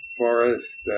forest